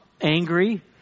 angry